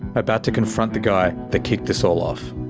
about to confront the guy that kicked this all off.